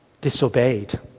disobeyed